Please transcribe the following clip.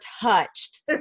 touched